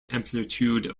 amplitude